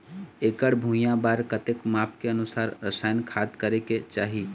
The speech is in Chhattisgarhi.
एकड़ भुइयां बार कतेक माप के अनुसार रसायन खाद करें के चाही?